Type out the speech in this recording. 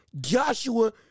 Joshua